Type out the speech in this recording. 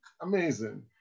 amazing